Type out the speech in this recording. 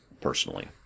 personally